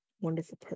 wonderful